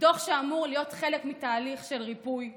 שאמור להיות חלק מתהליך של ריפוי חברתי,